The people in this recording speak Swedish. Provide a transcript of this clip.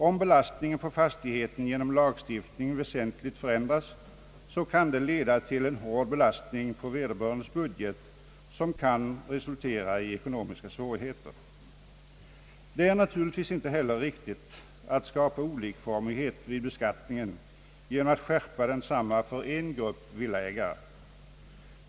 Om belastningen på fastigheten genom lagstiftning väsentligen förändras kan det leda till en hård belastning på vederbörandes budget, vilket kan resultera i ekonomiska svårigheter. Det är naturligtvis inte heller riktigt att skapa olikformighet vid beskattningen genom att skärpa densamma för en grupp villaägare.